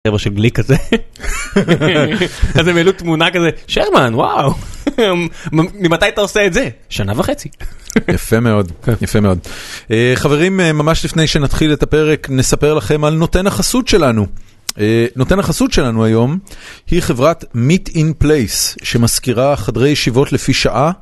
חבר'ה של גליק כזה, אז הם העלו תמונה כזה, שרמן וואו, ממתי אתה עושה את זה? שנה וחצי. יפה מאוד, יפה מאוד. חברים, ממש לפני שנתחיל את הפרק, נספר לכם על נותן החסות שלנו. נותן החסות שלנו היום, היא חברת Meet in Place, שמזכירה חדרי ישיבות לפי שעה.